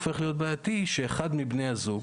זה קורה כשאחד מבני הזוג